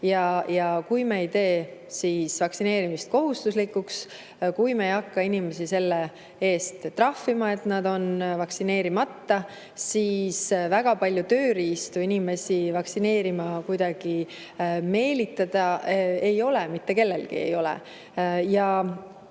ja kui me ei tee vaktsineerimist kohustuslikuks, kui me ei hakka inimesi selle eest trahvima, et nad on vaktsineerimata, siis väga palju tööriistu inimesi vaktsineerima meelitada meil ei ole, mitte kellelgi ei ole. Ütlen